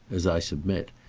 as i submit,